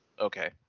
Okay